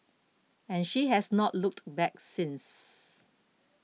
and she has not looked back since